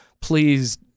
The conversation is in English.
please